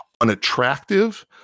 unattractive